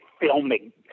filming